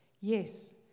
Yes